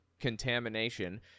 contamination